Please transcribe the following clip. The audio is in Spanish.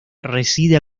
reside